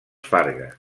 fargues